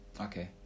Okay